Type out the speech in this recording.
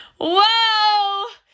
whoa